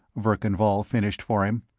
verkan vall finished for him.